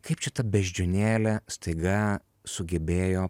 kaip čia ta beždžionėlė staiga sugebėjo